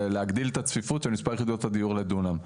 ולהגדיל את הצפיפות של מספר יחידות הדיור לדונם.